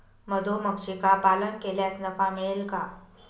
मधुमक्षिका पालन केल्यास नफा मिळेल का?